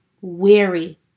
weary